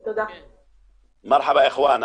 מרחבא, אחים.